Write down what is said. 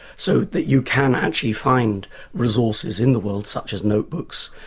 so that you can actually find resources in the world, such as notebooks,